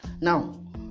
now